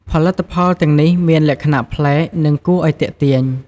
ផលិតផលទាំងនេះមានលក្ខណៈប្លែក និងគួរឲ្យទាក់ទាញ។